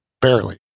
barely